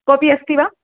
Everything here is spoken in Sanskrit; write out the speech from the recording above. कोऽपि अस्ति वा